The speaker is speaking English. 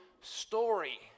story